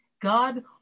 God